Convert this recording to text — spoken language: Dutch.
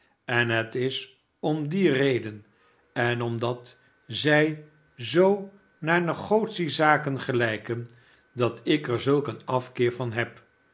en het is om die reden en omdat zij zoo naar negotiezaken gelijken dat ik er zulk een afkeer van heb